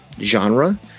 genre